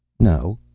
no.